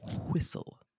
whistle